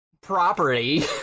property